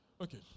Okay